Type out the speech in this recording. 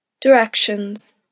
Directions